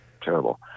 terrible